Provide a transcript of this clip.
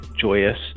joyous